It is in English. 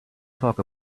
talk